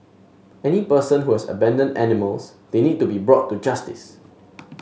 any person who has abandoned animals they need to be brought to justice